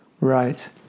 right